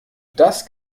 das